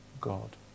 God